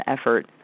effort